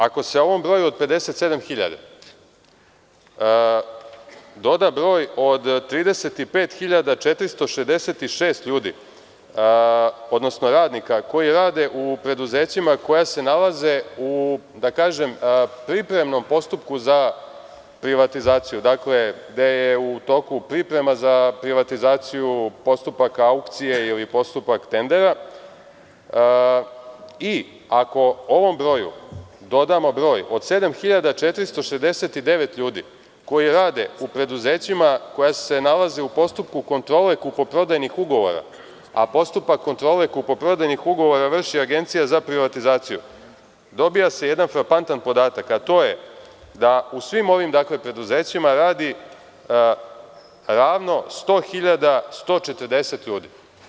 Ako se ovom broju od 57 hiljada doda broj od 35.466 ljudi, odnosno radnika koji rade u preduzećima koja se nalaze u, da kažem, pripremnom postupku za privatizaciju, dakle, gde je u toku priprema za privatizaciju postupaka aukcije ili postupak tendera i ako ovom broju dodamo broj od 7.469 ljudi koji rade u preduzećima koja se nalaze u postupku kontrole kupoprodajnih ugovora, a postupak kontrole kupoprodajnih ugovora vrši Agencija za privatizaciju, dobija se jedan frapantan podatak, a to je da u svim ovim preduzećima radi ravno 100.140 ljudi.